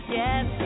yes